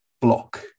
block